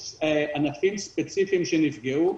יש ענפים ספציפיים שנפגעו,